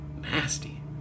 nasty